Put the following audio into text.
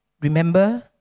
Remember